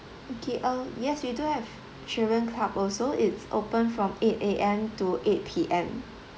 okay uh yes we do have children club also it's open from eight A_M to eight P_M